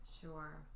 Sure